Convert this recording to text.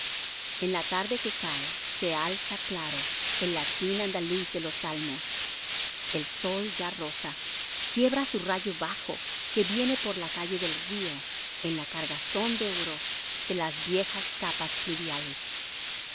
en la tarde que cae se alza claro el latín andaluz de los salmos el sol ya rosa quiebra su rayo bajo que viene por la calle del río en la cargazón de oro de las viejas capas pluviales